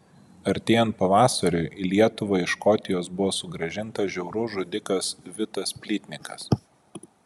artėjant pavasariui į lietuvą iš škotijos buvo sugrąžintas žiaurus žudikas vitas plytnikas